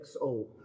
XO